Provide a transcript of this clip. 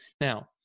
Now